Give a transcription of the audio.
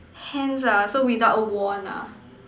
hands ah so without a wand lah